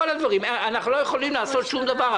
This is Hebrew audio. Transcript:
אנחנו לא יכולים לעשות שום דבר.